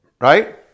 right